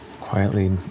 quietly